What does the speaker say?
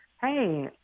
Hey